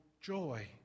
joy